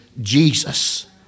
Jesus